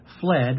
fled